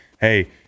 hey